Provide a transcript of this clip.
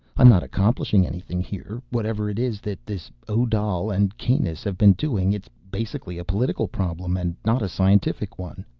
i'm not accomplishing anything here. whatever it is that this odal and kanus have been doing, it's basically a political problem, and not a scientific one.